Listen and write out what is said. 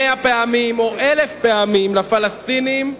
מאה פעמים או אלף פעמים לפלסטינים: